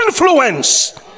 influence